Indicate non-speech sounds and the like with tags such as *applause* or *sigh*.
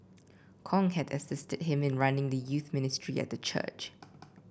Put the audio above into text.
Kong had assisted him in running the youth ministry at the church *noise*